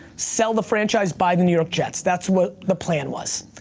sell the franchise, buy the new york jets. that's what the plan was.